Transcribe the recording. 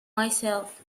myself